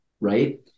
right